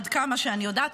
עד כמה שאני יודעת.